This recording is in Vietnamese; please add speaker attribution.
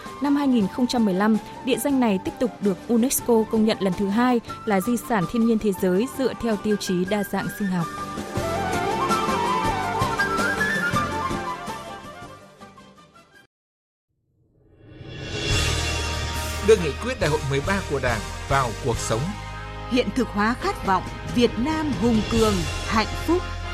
Speaker 1: Năm 2015, địa danh này tiếp tục được UNESCO công nhận lần thứ hai là di sản thiên nhiên thế giới dựa theo tiêu chí đa dạng sinh học.
Speaker 2: Đưa nghị quyết Đại hội 13 của Đảng vào cuộc sống.
Speaker 3: Hiện thực hóa khát vọng Việt Nam hùng cường, hạnh phúc.